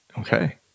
Okay